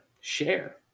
share